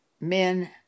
men